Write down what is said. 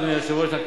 אדוני היושב-ראש,